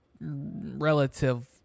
relative